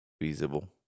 feasible